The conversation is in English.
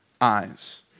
eyes